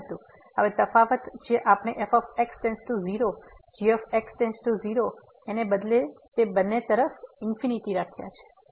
પરંતુ હવે તફાવત જે આપણે fx→0gx→0 ને બદલે છે તે બંને તરફ વળ્યાં છે